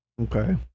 okay